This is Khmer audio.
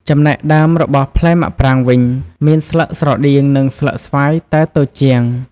ចំណែកដើមរបស់ផ្លែមាក់ប្រាងវិញ មានស្លឹកស្រដៀងនឹងស្លឹកស្វាយតែតូចជាង។